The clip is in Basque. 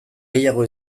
gehiago